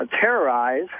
terrorize